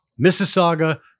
Mississauga